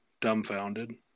dumbfounded